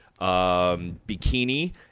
bikini